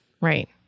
Right